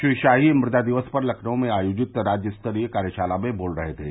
श्री शाही मुदा दिवस पर लखनऊ में आयोजित राज्य स्तरीय कार्यशाला में बोल रहे थे